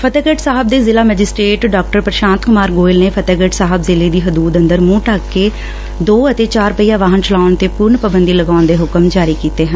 ਫਤਹਿਗੜ੍ ਸਾਹਿਬ ਦੇ ਜ਼ਿਲ੍ਹਾ ਮੈਜਿਸਟਰੇਟ ਡਾ ਪ੍ਰਸ਼ਾਤ ਕੁਮਾਰ ਗੋਇਲ ਨੇ ਫਡਹਿਗੜ੍ ਸਾਹਿਬ ਜ਼ਿਲ੍ਹੇ ਦੀ ਹਦੂਦ ਅੰਦਰ ਮੂੰਹ ਢੱਕ ਕੇ ਦੋ ਅਤੇ ਚਾਰ ਪਹੀਆ ਵਾਹਨ ਚਲਾਉਣ ਤੇ ਪਾਬੰਦੀ ਲਗਾਉਣ ਦੇ ਹੁਕਮ ਜਾਰੀ ਕੀਤੇ ਨੇ